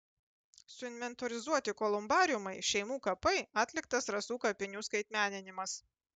suinventorizuoti kolumbariumai šeimų kapai atliktas rasų kapinių skaitmeninimas